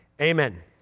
Amen